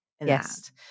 Yes